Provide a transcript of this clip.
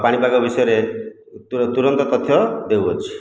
ପାଣିପାଗ ବିଷୟରେ ତୁରନ୍ତ ତଥ୍ୟ ଦେଉଅଛି